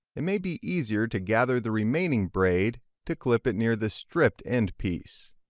it may be easier to gather the remaining braid to clip it near the stripped end piece.